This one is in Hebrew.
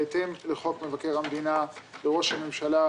בהתאם לחוק מבקר המדינה וראש הממשלה.